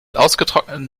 ausgetrockneten